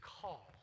call